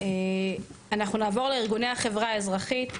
אנחנו נעבור לארגוני החברה האזרחית,